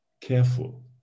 careful